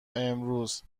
امروز